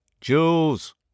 Jules